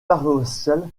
paroissiale